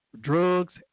drugs